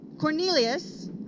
Cornelius